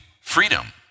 freedom